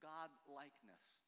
God-likeness